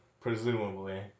Presumably